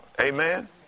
Amen